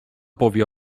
powie